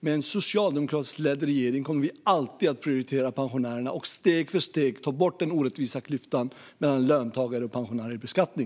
Med en socialdemokratiskt ledd regering kommer vi alltid att prioritera pensionärerna och steg för steg ta bort den orättvisa klyftan mellan löntagare och pensionärer i beskattning.